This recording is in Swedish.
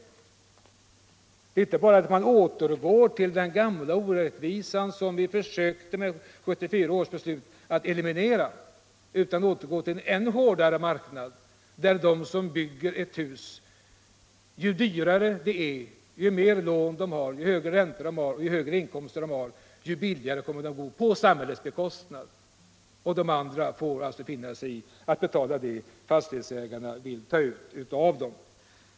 Det måste innebära inte bara att man återgår till den gamla orättvisan som vi med 1974 års riksdagsbeslut försökte eliminera, utan det betyder att man går till en ännu hårdare marknad, där de som bygger ett eget hem kommer att bo billigare ju dyrare huset är, ju större lån de har, ju högre räntor de betalar och ju högre inkomster de har — bo billigare på samhällets bekostnad. De andra får finna sig i att betala vad fastighetsägarna vill ta ut av dem.